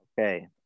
Okay